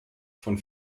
von